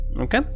Okay